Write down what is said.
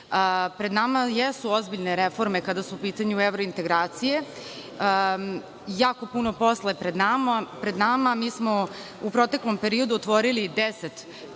Pred nama jesu ozbiljne reforme kada su u pitanju evrointegracije. Jako puno posla je pred nama. Mi smo u proteklom periodu otvorili deset